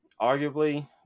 arguably